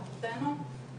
לכוחותינו.